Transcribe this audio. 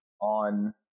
on